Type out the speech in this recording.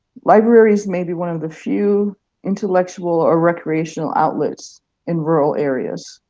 libraries may be one of the few intellectual or recreational outlets in rural areas,